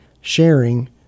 sharing